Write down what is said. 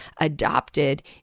adopted